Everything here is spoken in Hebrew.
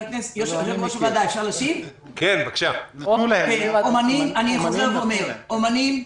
אני חוזר ואומר, אומנים,